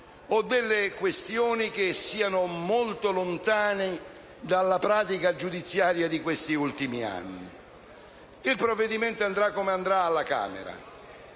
di senso giuridico o molto lontane dalla pratica giudiziaria di questi ultimi anni. Il provvedimento andrà come andrà alla Camera,